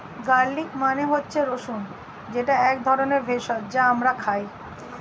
garlic মানে হচ্ছে রসুন যেটা এক ধরনের ভেষজ যা আমরা খাই